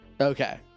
Okay